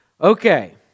Okay